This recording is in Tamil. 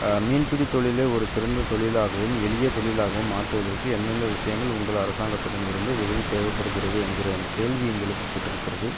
மீன்பிடித் தொழில் ஒரு சிறந்த தொழிலாகவும் எளிய தொழிலாகவும் மாற்றுவதற்கு எந்தெந்த விஷயங்கள் உங்கள் அரசாங்கத்திடமிருந்து உதவி தேவைப்படுகிறது என்கிற என் கேள்வி இங்கு எழுப்பப்பட்டு இருக்கிறது